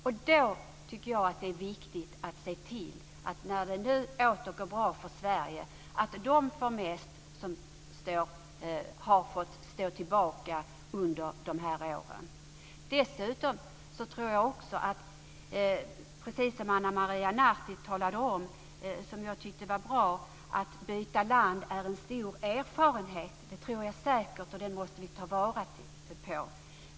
När det nu åter går bra för Sverige tycker jag att det är viktigt att se till att de får mest som har fått stå tillbaka under de här åren. Dessutom tror jag, precis som Ana Maria Narti talade om och som jag tyckte vara bra, att det är en stor erfarenhet att byta land. Det tror jag säkert, och det måste vi ta vara på.